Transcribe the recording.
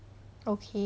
okay